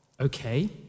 Okay